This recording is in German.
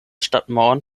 stadtmauern